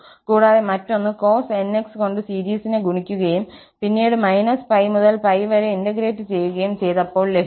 കൂടാതെ മറ്റൊന്ന് cos nx കൊണ്ട് സീരിസിനെ ഗുണിക്കുകയും പിന്നീട് π മുതൽ π വരെ ഇന്റഗ്രേറ്റ് ചെയ്യുകയും ചെയ്തപ്പോൾ ലഭിച്ചു